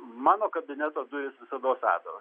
mano kabineto durys visados atviros